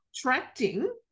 attracting